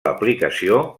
aplicació